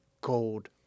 gold